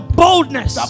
boldness